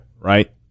Right